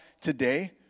today